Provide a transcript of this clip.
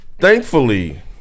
thankfully